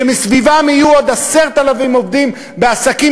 שמסביבם יהיו עוד 10,000 עובדים בעסקים